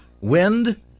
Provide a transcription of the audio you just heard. wind